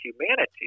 humanity